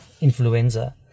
influenza